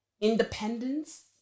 independence